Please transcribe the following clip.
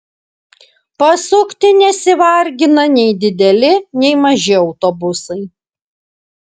pasukti nesivargina nei dideli nei maži autobusai